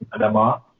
Adama